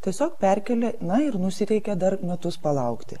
tiesiog perkėlė na ir nusiteikė dar metus palaukti